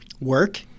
work